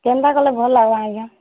କେନ୍ତା କଲେ ଭଲ୍ ଲାଗ୍ବା ଆଜ୍ଞା